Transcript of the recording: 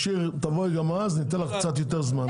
תבואי גם אז, ניתן לך קצת יותר זמן.